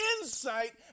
insight